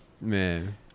Man